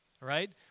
Right